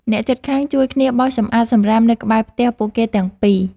អ្នកជិតខាងជួយគ្នាបោសសម្អាតសំរាមនៅក្បែរផ្ទះពួកគេទាំងពីរ។